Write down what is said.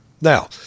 Now